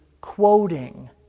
quoting